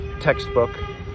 textbook